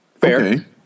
Fair